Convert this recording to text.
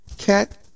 Cat